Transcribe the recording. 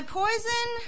poison